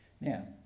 Now